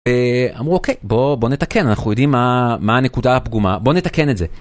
אמרו אוקיי בוא נתקן אנחנו יודעים מה מה הנקודה הפגומה בוא נתקן את זה.